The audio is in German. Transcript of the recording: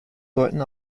deuten